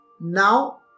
Now